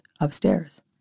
upstairs